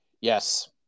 Yes